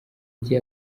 rye